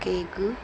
cake